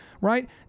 right